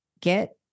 get